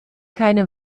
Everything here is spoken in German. keine